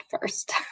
first